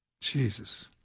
Jesus